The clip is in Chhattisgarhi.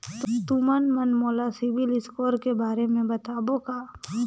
तुमन मन मोला सीबिल स्कोर के बारे म बताबो का?